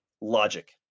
logic